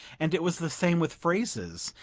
and it was the same with phrases.